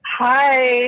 Hi